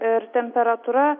ir temperatūra